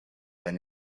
than